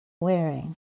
wearing